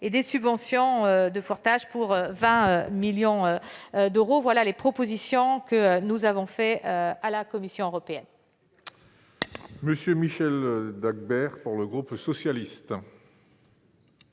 et des subventions de portage pour 20 millions d'euros. Telles sont les propositions que nous avons faites à la Commission européenne.